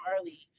early